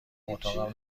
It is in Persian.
اقامتم